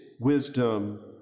wisdom